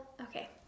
okay